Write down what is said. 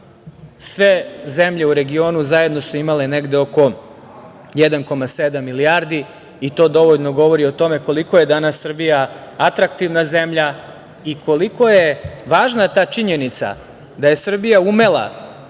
sve zemlje u regionu zajedno su imale negde oko 1,7 milijardi i to dovoljno govori o tome koliko je danas Srbija atraktivna zemlja i koliko je važna ta činjenica da je Srbija umela